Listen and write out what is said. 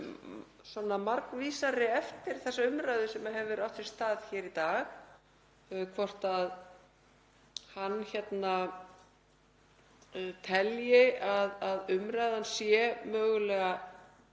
margs vísari eftir þá umræðu sem hefur átt sér stað hér í dag, hvort hann telji að umræðan sé mögulega